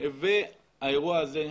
והאירוע הזה,